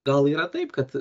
gal yra taip kad